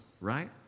right